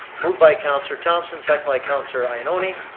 moved by councilor thomson, seconded by councilor ioannoni.